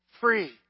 free